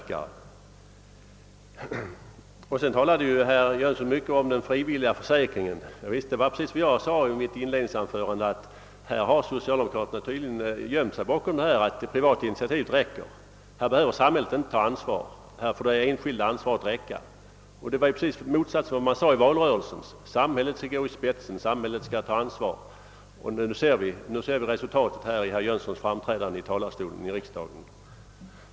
Herr Jönsson i Malmö talade mycket om den frivilliga försäkringen. Javisst, men det var ju precis vad jag sade i mitt inledningsanförande. Socialdemokraterna har tydligen gömt sig bakom talet om att det privata initiativet räcker till här; samhället skulle inte behöva ta ansvar, utan det enskilda ansvaret får vara tillräckligt. Detta är den direkta motsatsen till vad man sade på det hållet under valrörelsen, nämligen att samhället skall gå i spetsen och att samhället skall ta ansvar. Nu ser vi resultatet vid herr Jönssons framträdande i talarstolen i riksdagen.